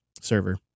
server